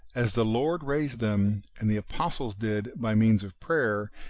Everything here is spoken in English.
as the lord raised them, and the apostles did by means of prayer,